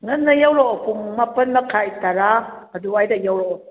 ꯉꯟꯅ ꯌꯧꯔꯛꯑꯣ ꯄꯨꯡ ꯃꯥꯄꯟ ꯃꯈꯥꯏ ꯇꯔꯥ ꯑꯗꯨ ꯋꯥꯏꯗ ꯌꯧꯔꯛꯑꯣ